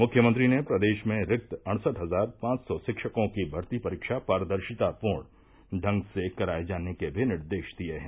मुख्यमंत्री ने प्रदेश में रिक्त अड़सठ हजार पांच सौ शिक्षकों की भर्ती परीक्षा पारदर्शितापूर्ण ढंग से कराए जाने के भी निर्देश दिए हैं